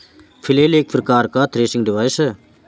flail एक प्रकार का थ्रेसिंग डिवाइस है